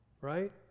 Right